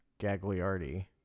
Gagliardi